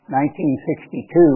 1962